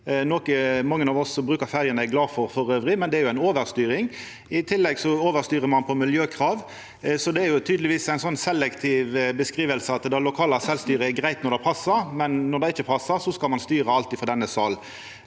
mange av oss som brukar ferjene er glad for elles, men det er jo ei overstyring. I tillegg overstyrer ein på miljøkrav, så det er tydelegvis ei selektiv skildring der det lokale sjølvstyret er greitt når det passar, men når det ikkje passar, skal ein styra alt frå denne salen.